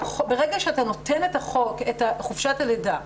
ברגע שאתה נותן את חופשת הלידה,